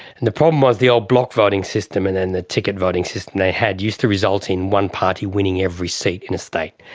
and the problem was the old block voting system and then the ticket voting system they had used to result in one party winning every seat in a state.